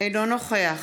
אינו נוכח